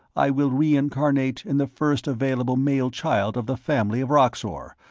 i will reincarnate in the first available male child of the family of roxor,